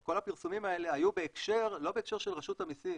כל הפרסומים האלה היו לא בהקשר של רשות המיסים,